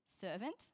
servant